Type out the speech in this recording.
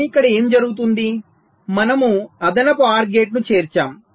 కానీ ఇక్కడ ఏమి జరుగుతుంది మనము అదనపు OR గేటును చేర్చాము